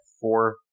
four